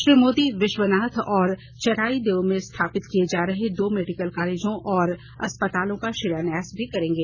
श्री मोदी बिश्वनाथ और चराइदेव में स्थापित किए जा रहे दो मेडिकल कॉलेजों और अस्पतालों का शिलान्यास भी करेंगे